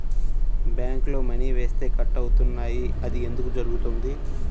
బ్యాంక్లో మని వేస్తే కట్ అవుతున్నాయి అది ఎందుకు జరుగుతోంది?